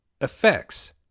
effects